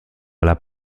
alla